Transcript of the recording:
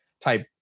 type